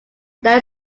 that